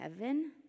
heaven